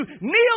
kneel